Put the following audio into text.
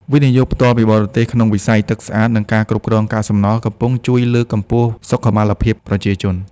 វិនិយោគផ្ទាល់ពីបរទេស ក្នុងវិស័យទឹកស្អាត និងការគ្រប់គ្រងកាកសំណល់ កំពុងជួយលើកកម្ពស់សុខុមាលភាពប្រជាជន។